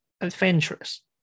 adventurous